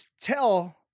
tell